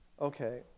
Okay